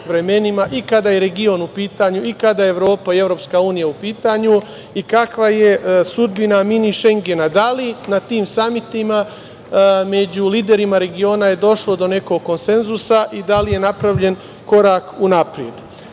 i kada je region u pitanju i kada je Evropa i EU u pitanju? Kakva je sudbina „Mini Šegena“? Da li na tim samitima među liderima regiona je došlo do nekog konsezusa? Da li je napravljen korak unapred